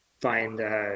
find –